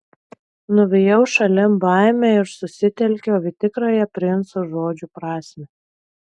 nuvijau šalin baimę ir susitelkiau į tikrąją princo žodžių prasmę